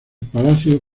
palacio